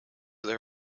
their